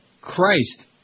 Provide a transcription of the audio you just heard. Christ